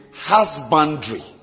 husbandry